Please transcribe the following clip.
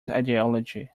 ideology